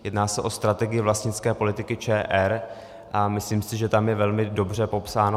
Jedná se o strategii vlastnické politiky ČR a myslím si, že tam je velmi dobře popsáno.